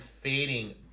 fading